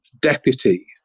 deputy